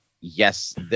yes